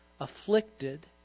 afflicted